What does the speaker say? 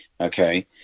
okay